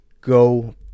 go